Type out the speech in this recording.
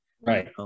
right